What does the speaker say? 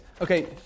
okay